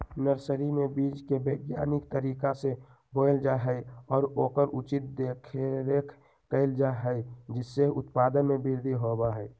nursery में बीज के वैज्ञानिक तरीका से बोयल जा हई और ओकर उचित देखरेख कइल जा हई जिससे उत्पादन में वृद्धि होबा हई